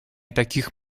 таких